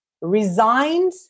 resigned